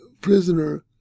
prisoner